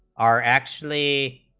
are actually